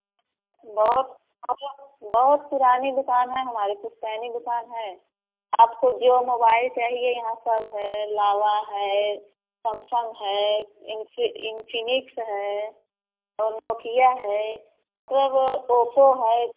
बहुत बहुत बहौत पुरानी दुकान है हमारी पुश्तैनी दुकान है आपको जो मोबाइल चाहिए यहाँ सब है लावा है समसंग है इंफि इंफिनिक्स है और नोकिया है मतलब ओप्पो है